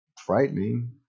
frightening